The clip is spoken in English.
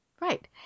Right